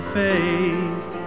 faith